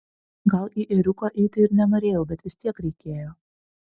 gal į ėriuką eiti ir nenorėjau bet vis tiek reikėjo